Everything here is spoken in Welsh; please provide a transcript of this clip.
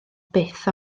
byth